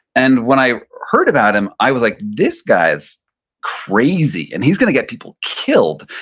and when i heard about him, i was like, this guy is crazy and he's gonna get people killed.